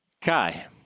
Kai